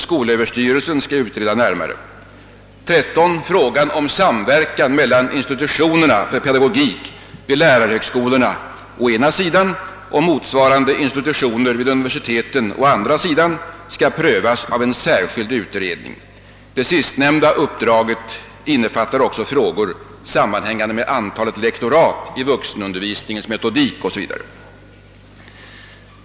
För det trettonde skall frågan om samverkan mellan institutionerna för pedagogik vid lärarhögskolorna å ena sidan och motsvarande institutioner vid universiteten å andra sidan prövas av en särskild utredning. Det sistnämnda uppdraget innefattar också frågor sammanhängande med antalet lektorat i vuxenundervisningens metodik 0. s. Vv.